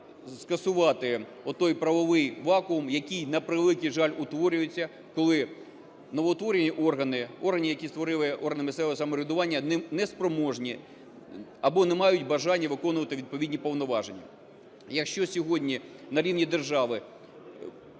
скасувати отой правовий вакуум, який, на превеликий жаль, утворюється, коли новоутворені органи, органи, які створили органи місцевого самоврядування, не спроможні або не мають бажання виконувати відповідні повноваження. Якщо сьогодні на рівні держави